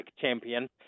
champion